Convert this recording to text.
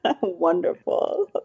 Wonderful